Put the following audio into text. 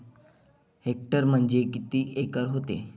Hectare म्हणजे किती acre व्हते?